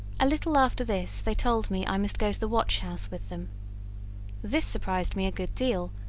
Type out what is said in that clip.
a little after this they told me i must go to the watch-house with them this surprised me a good deal,